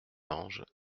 ange